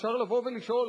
אפשר לבוא ולשאול,